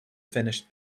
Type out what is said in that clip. finished